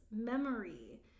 memory